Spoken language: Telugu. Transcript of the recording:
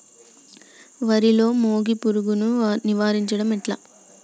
వరిలో మోగి పురుగును నివారించడం ఎట్లా?